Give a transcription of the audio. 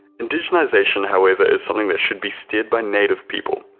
indigenization however is something that should be steered by native people,